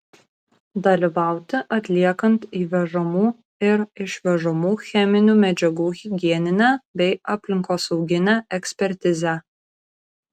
dalyvauti atliekant įvežamų ir išvežamų cheminių medžiagų higieninę bei aplinkosauginę ekspertizę